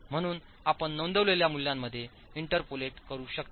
म्हणून आपण नोंदविलेल्या मूल्यांमध्ये इंटरपॉलेट करू शकता